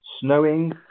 snowing